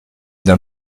d’un